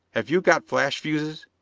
have you got flash-fuses?